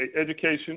education